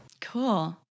cool